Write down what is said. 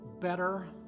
better